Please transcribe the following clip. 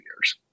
years